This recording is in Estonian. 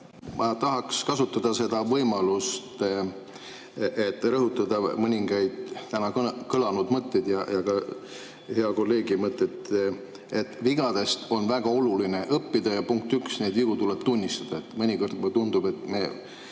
Ma tahaks kasutada seda võimalust, et rõhutada mõningaid täna kõlanud mõtteid ja ka hea kolleegi mõtet, et vigadest on väga oluline õppida, ja punkt üks, neid vigu tuleb tunnistada. Mõnikord mulle tundub, et me